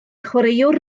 chwaraewr